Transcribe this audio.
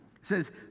says